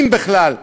אם בכלל,